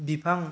बिफां